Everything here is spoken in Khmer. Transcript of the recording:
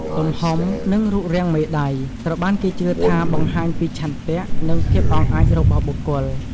ទំហំ និងរូបរាងមេដៃ ត្រូវបានគេជឿថាបង្ហាញពីឆន្ទៈ និងភាពអង់អាចរបស់បុគ្គល។